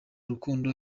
rukundo